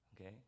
okay